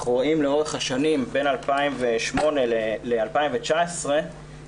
אנחנו רואים לאורך השנים 2008 ל-2019 עלייה